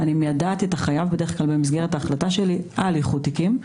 אני מיידעת את החייב בדרך כלל במסגרת ההחלטה שלי על איחוד תיקים,